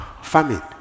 Famine